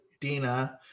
Dina